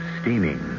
steaming